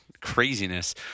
craziness